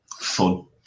fun